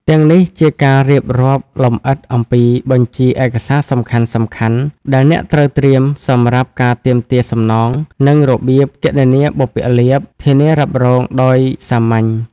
ទាំងនេះជាការរៀបរាប់លម្អិតអំពី បញ្ជីឯកសារសំខាន់ៗ ដែលអ្នកត្រូវត្រៀមសម្រាប់ការទាមទារសំណង និង របៀបគណនាបុព្វលាភ ធានារ៉ាប់រងដោយសាមញ្ញ។